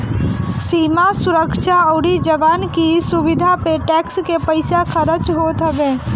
सीमा सुरक्षा अउरी जवान की सुविधा पे टेक्स के पईसा खरच होत हवे